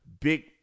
big